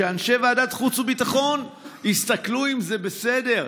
שאנשי ועדת החוץ והביטחון יסתכלו אם זה בסדר.